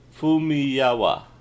Fumiyawa